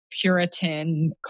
Puritan